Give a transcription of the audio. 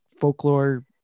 folklore